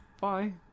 Bye